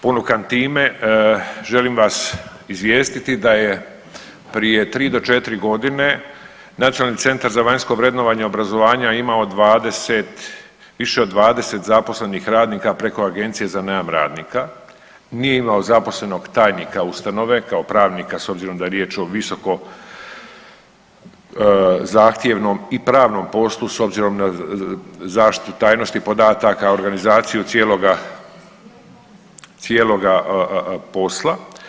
Ponukan time želim vas izvijestiti da je prije 3 do 4.g. Nacionalni centar za vanjsko vrednovanje obrazovanja imao 20, više od 20 zaposlenih radnika preko Agencije za najam radnika, nije imao zaposlenog tajnika ustanove kao pravnika s obzirom da je riječ o visoko zahtjevnom i pravnom poslu s obzirom na zaštitu tajnosti podataka, organizaciju cijeloga, cijeloga posla.